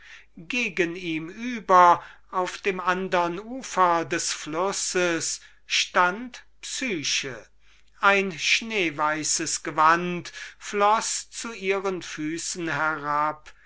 ihm über auf dem andern ufer des flusses stand psyche ein schneeweißes gewand floß zu ihren füßen herab